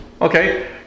Okay